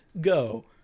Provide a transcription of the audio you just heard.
go